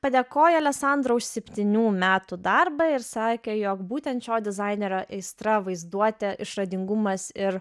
padėkojo alesandro už septynių metų darbą ir sakė jog būtent šio dizainerio aistra vaizduotė išradingumas ir